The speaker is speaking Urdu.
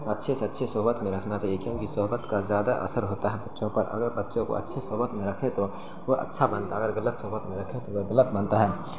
اچھے سے اچھی صحبت میں رکھنا چاہیے کیونکہ صحبت کا زیادہ اثر ہوتا ہے بچوں پر اگر بچے کو اچھی صحبت میں رکھیں تو وہ اچھا بنتا ہے اگر غلط صحبت میں رکھیں تو وہ غلط بنتا ہے